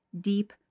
deep